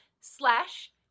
Slash